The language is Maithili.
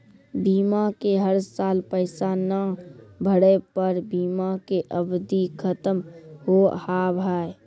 बीमा के हर साल पैसा ना भरे पर बीमा के अवधि खत्म हो हाव हाय?